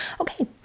Okay